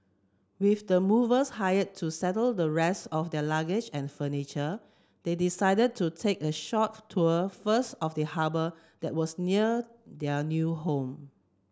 with the movers hired to settle the rest of their luggage and furniture they decided to take a short tour first of the harbour that was near their new home